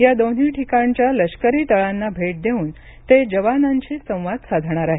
या दोन्ही ठिकाणच्या लष्करी तळांना भेट देऊन ते जवानांशी संवाद साधणार आहेत